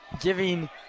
giving